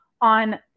on